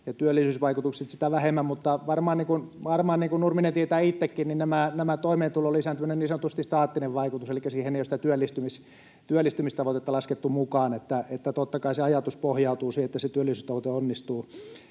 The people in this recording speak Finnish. ja työllisyysvaikutukset sitä vähemmän, mutta niin kuin Nurminen varmaan tietää itsekin, toimeentulotuen tarpeen lisääntymisen niin sanottu staattinen vaikutus — elikkä siihen ei ole sitä työllistymistavoitetta laskettu mukaan — totta kai pohjautuu siihen, että se työllisyystavoite onnistuu.